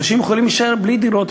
אנשים יכולים להישאר בלי דירות,